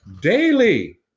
Daily